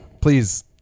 Please